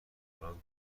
الان